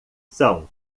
são